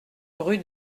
rue